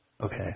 Okay